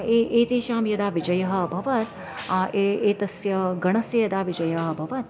ए एतेषां यदा विजयः अभवत् ए एतस्य गणस्य यदा विजयः अभवत्